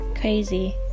crazy